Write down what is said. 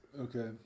Okay